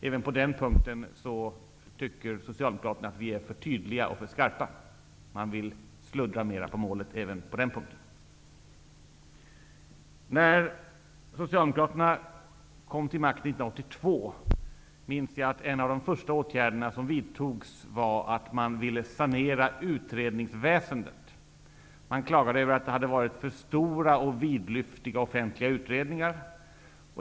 Även på denna punkt tycker socialdemokraterna att vi är för tydliga och för skarpa. De vill sluddra mer på målet. Jag minns att en av de första åtgärder som socialdemokraterna sade sig vilja vidta när de kom till makten 1982 var att sanera utredningsväsendet. De klagade över att det hade skett för stora och vidlyftiga offentliga utredningar.